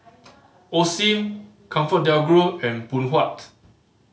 Osim ComfortDelGro and Phoon Huat